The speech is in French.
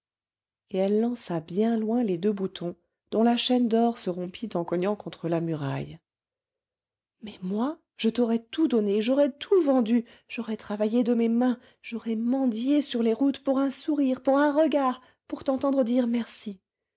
et elle lança bien loin les deux boutons dont la chaîne d'or se rompit en cognant contre la muraille mais moi je t'aurais tout donné j'aurais tout vendu j'aurais travaillé de mes mains j'aurais mendié sur les routes pour un sourire pour un regard pour t'entendre dire merci